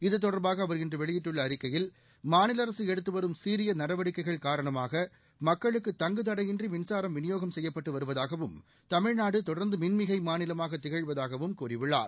இது தொடர்பாக அவர் இன்று வெளியிட்டுள்ள அறிக்கையில் மாநில அரசு எடுத்து வரும் சீரிய நடவடிக்கைகள் காரணமாக மக்களுக்கு தங்கு தடையின்றி மின்சாரம் விநியோகம் செய்யப்பட்டு வருவதாகவும் தமிழ்நாடு தொடர்ந்து மின்மிகை மாநிலமாக திகழ்வதாகவும் கூறியுள்ளார்